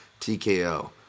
TKO